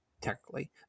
technically